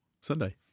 Sunday